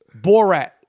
Borat